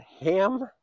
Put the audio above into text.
Ham